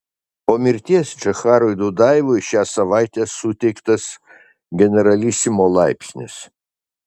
po mirties džocharui dudajevui šią savaitę suteiktas generalisimo laipsnis